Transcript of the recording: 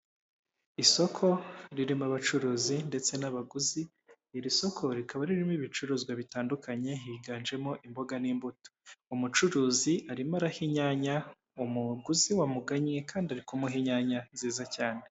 Isoko ririmo abacuruzi ndetse n'abaguzi, iri soko rikaba ririmo ibicuruzwa bitandukanye, higanjemo imboga n'imbuto. Umucuruzi arimo araha inyanya umuguzi wamugannye, kandi ari kumuha inyanya nziza cyane.